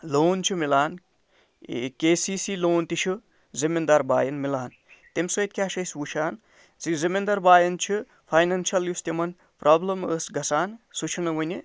لون چھُ میلان K C C لون تہِ چھُ زٔمیٖندار بھایَن میلان تَمہِ سۭتۍ کیٛاہ چھِ أسۍ وُچھان سُہ یُس زٔمیٖندار بھایَن چھُ فاینانشَل یۄس تِمَن پرٛابلِم ٲسۍ گژھان سۄ چھَنہٕ وۄنۍ